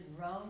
Rome